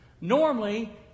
Normally